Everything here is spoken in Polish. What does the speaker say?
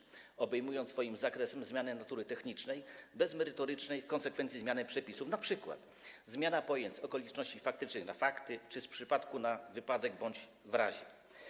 Proponowane zmiany obejmują swoim zakresem zmianę natury technicznej bez merytorycznej w konsekwencji zmiany przepisów, np. zmiana pojęć z „okoliczności faktycznych” na „fakty” czy z „przypadku” na „wypadek” bądź „w razie”